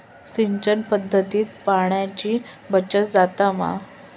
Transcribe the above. सिंचन पध्दतीत पाणयाची बचत जाता मा?